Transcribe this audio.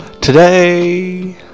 today